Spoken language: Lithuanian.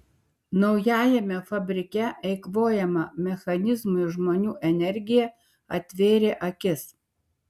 naujajame fabrike eikvojama mechanizmų ir žmonių energija atvėrė akis